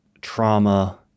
trauma-